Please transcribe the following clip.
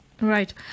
Right